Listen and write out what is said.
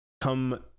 come